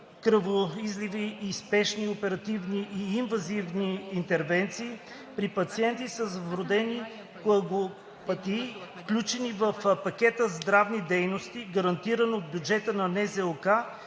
кръвоизливи и спешни оперативни и инвазивни интервенции при пациенти с вродени коагулопатии, включени в пакета здравни дейности, гарантиран от бюджета на НЗОК,